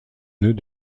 nœud